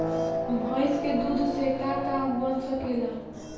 भइस के दूध से का का बन सकेला?